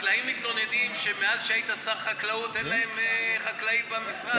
החקלאים מתלוננים שמאז שהיית שר חקלאות אין להם חקלאי במשרד,